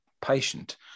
patient